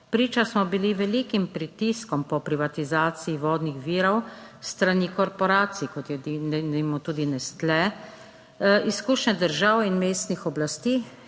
Priča smo bili velikim pritiskom po privatizaciji vodnih virov s strani korporacij, kot je denimo tudi / nerazumljivo/ izkušnje držav in mestnih oblasti,